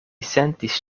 sentis